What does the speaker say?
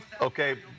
Okay